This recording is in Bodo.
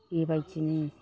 बेबायदिनो